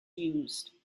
used